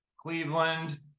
Cleveland